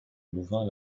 louvain